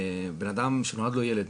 בן אדם שנולד לו ילד